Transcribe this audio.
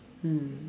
mm